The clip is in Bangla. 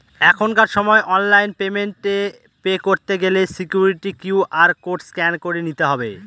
এখনকার সময় অনলাইন পেমেন্ট এ পে করতে গেলে সিকুইরিটি কিউ.আর কোড স্ক্যান করে নিতে হবে